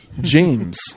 James